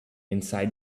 inside